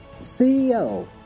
CEO